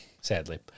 Sadly